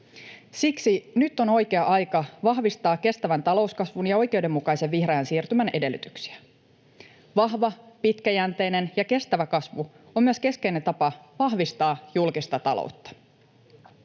Siksi nyt on oikea aika vahvistaa kestävän talouskasvun ja oikeudenmukaisen vihreän siirtymän edellytyksiä. Vahva, pitkäjänteinen ja kestävä kasvu on myös keskeinen tapa vahvistaa julkista taloutta.